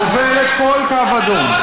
עוברת כל קו אדום,